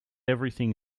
everything